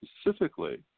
specifically